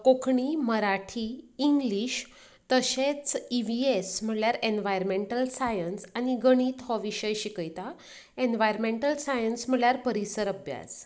Konkani Marathi English तशेंच EVS म्हणल्यार environmental science आनी गणित हो विशय शिकयतात एनवायरन्टल सायन्स म्हणल्यार परिसर अभ्यास